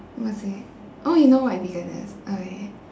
oh you know what a vegan is okay